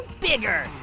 bigger